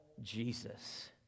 Jesus